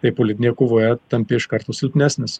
tai politinėje kovoje tampi iš karto silpnesnis